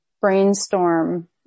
brainstorm